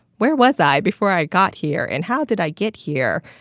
where was i before i got here, and how did i get here,